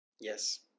Yes